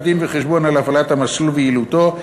דין-וחשבון על הפעלת המסלול ויעילותו,